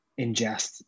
ingest